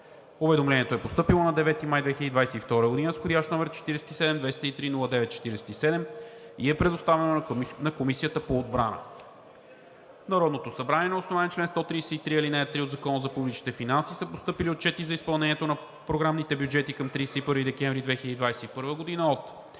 Уведомлението е постъпило на 9 май 2022 г. с входящ № 47 203 09-47 и е предоставено на Комисията по отбрана. В Народното събрание на основание чл. 133, ал. 3 от Закона за публичните финанси са постъпили отчети за изпълнението на програмните бюджети към 31 декември 2021 г. от: